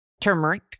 Turmeric